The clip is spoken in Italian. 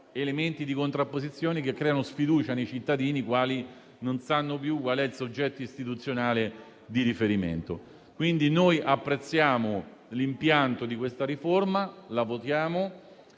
elementi di contrapposizione che creano sfiducia nei cittadini che non sanno più qual è il soggetto istituzionale di riferimento. Apprezziamo l'impianto di questa riforma e la voteremo